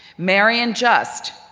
marion just,